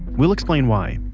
we'll explain why,